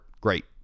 Great